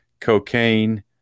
cocaine